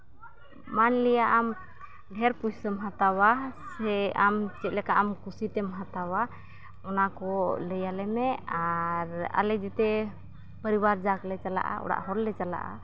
ᱢᱟᱱᱞᱤᱭᱟ ᱟᱢ ᱰᱷᱮᱨ ᱯᱩᱭᱥᱟᱹᱢ ᱦᱟᱛᱟᱣᱟ ᱥᱮ ᱟᱢ ᱪᱮᱫ ᱞᱮᱠᱟ ᱟᱢ ᱠᱩᱥᱤᱛᱮᱢ ᱦᱟᱛᱟᱣᱟ ᱚᱱᱟ ᱠᱚ ᱞᱟᱹᱭᱟᱞᱮᱢᱮ ᱟᱨ ᱟᱞᱮ ᱡᱮᱛᱮ ᱯᱚᱨᱤᱵᱟᱨ ᱡᱟᱠ ᱞᱮ ᱪᱟᱞᱟᱜᱼᱟ ᱚᱲᱟᱜ ᱦᱚᱲᱮ ᱪᱟᱞᱟᱜᱼᱟ